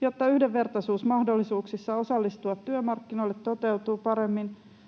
Jotta yhdenvertaisuus mahdollisuuksissa osallistua työmarkkinoille toteutuu paremmin